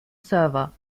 server